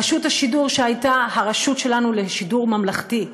רשות השידור הייתה הרשות שלנו לשידור ממלכתי,